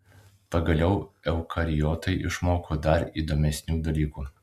pagaliau eukariotai išmoko dar įdomesnių dalykų